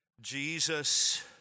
Jesus